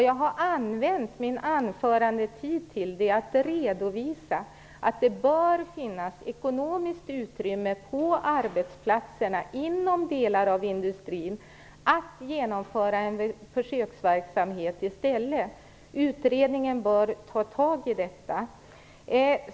Jag har använt min taletid till att redovisa att det bör finnas ekonomiskt utrymme på arbetsplatserna inom delar av industrin för att genomföra en försöksverksamhet i stället. Utredningen bör ta tag i detta.